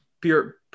pure